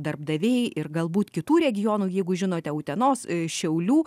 darbdaviai ir galbūt kitų regionų jeigu žinote utenos šiaulių